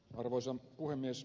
arvoisa puhemies